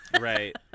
Right